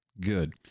Good